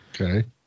Okay